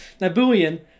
Nabooian